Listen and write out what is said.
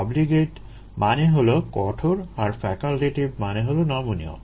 obligate মানে হলো কঠোর আর ফ্যাক্লটেটিভ মানে হলো নমনীয়